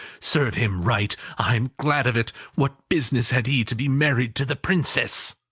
serve him right. i'm glad of it. what business had he to be married to the princess!